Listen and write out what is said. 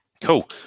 Cool